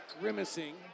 grimacing